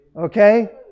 Okay